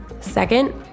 Second